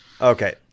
okay